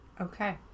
okay